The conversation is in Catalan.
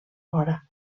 hora